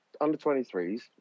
Under-23s